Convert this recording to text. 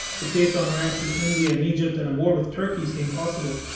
it faced unrest in india and egypt and a war with turkey seemed possible.